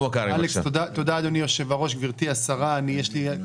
דבר נוסף הוא הפרופסיה של השלטון